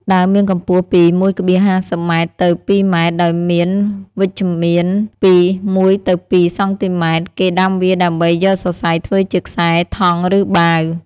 ដើមមានកំពស់ពី ១,៥០ ម៉ែត្រទៅ ២ ម៉ែត្រ ដោយ មានវិជ្ឈមាត្រពី ១ទៅ២ សងទីម៉ែត្រ គេដាំវាដើម្បីយកសរសៃធ្វើជាខ្សែ ថង់ ឬបាវ ។